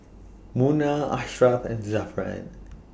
Munah Ashraf and Zafran